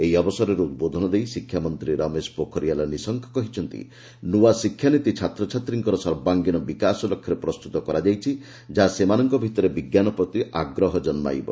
ଏହି ଅବସରରେ ଉଦ୍ବୋଧନ ଦେଇ ଶିକ୍ଷାମନ୍ତ୍ରୀ ରମେଶ ପୋଖରିଆଲ୍ ନିଶଙ୍କ କହିଛନ୍ତି ନ୍ନଆ ଶିକ୍ଷାନୀତି ଛାତ୍ରଛାତ୍ରୀମାନଙ୍କର ସର୍ବାଙ୍ଗୀନ ବିକାଶ ଲକ୍ଷ୍ୟରେ ପ୍ରସ୍ତତ କରାଯାଇଛି ଯାହା ସେମାନଙ୍କ ଭିତରେ ବିଜ୍ଞାନ ପ୍ରତି ଆଗ୍ରହ ଜନ୍ମାଇବ